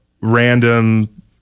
random